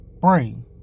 brain